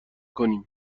کنیم